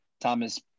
Thomas